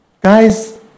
Guys